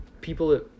people